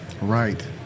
Right